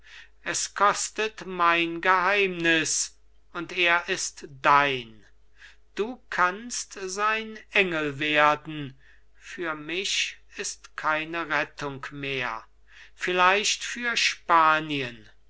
es kostet mein geheimnis und er ist dein du kannst sein engel werden für mich ist keine rettung mehr vielleicht für spanien